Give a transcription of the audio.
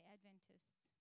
Adventists